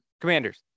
Commanders